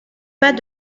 pas